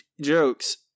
jokes